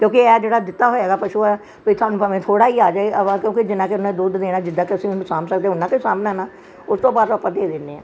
ਕਿਉਂਕਿ ਇਹ ਆ ਜਿਹੜਾ ਦਿੱਤਾ ਹੋਇਆ ਗਾ ਪਸ਼ੂ ਹੈ ਕੋਈ ਤੁਹਾਨੂੰ ਭਾਵੇਂ ਥੋੜ੍ਹਾ ਹੀ ਆ ਜੇ ਅਵਾ ਕਿਉਂਕਿ ਜਿੰਨਾ ਚਿਰ ਉਹਨੇ ਦੁੱਧ ਦੇਣਾ ਜਿੱਦਾਂ ਕਿ ਅਸੀਂ ਉਹਨੂੰ ਸਾਂਭ ਸਕਦੇ ਹਾਂ ਓਨਾ ਕੁ ਹੀ ਸਾਂਭਣਾ ਹੈ ਨਾ ਉਸ ਤੋਂ ਬਾਅਦ ਆਪਾਂ ਦੇ ਦਿੰਦੇ ਹਾਂ